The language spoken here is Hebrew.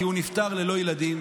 כי הוא נפטר ללא ילדים,